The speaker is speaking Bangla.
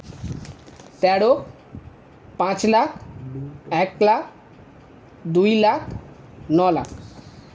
তেরো পাঁচ লাখ এক লাখ দুই লাখ ন লাখ